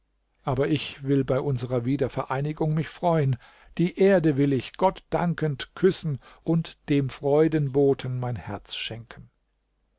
aber ich will bei unserer wiedervereinigung mich freuen die erde will ich gott dankend küssen und dem freudenboten mein herz schenken